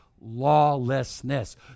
lawlessness